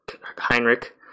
Heinrich